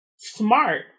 Smart